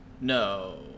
No